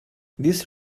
this